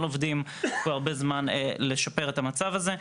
עובדים כבר הרבה זמן לשפר את המצב הזה.